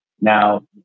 Now